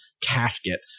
casket